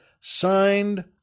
Signed